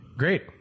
great